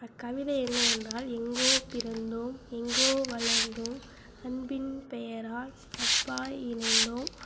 அக்கவிதை என்னவென்றால் எங்கோ பிறந்தோம் எங்கோ வளர்ந்தோம் அன்பின் பெயரால் நட்பாய் இணைந்தோம்